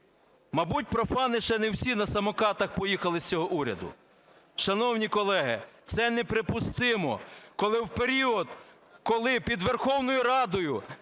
Мабуть, профани ще не всі на самокатах поїхали з цього уряду. Шановні колеги, це неприпустимо, коли в період, коли під Верховною Радою